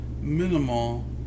minimal